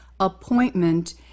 appointment